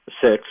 Six